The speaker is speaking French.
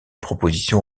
proposition